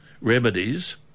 remedies